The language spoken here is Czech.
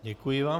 Děkuji vám.